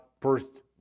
first